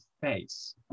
face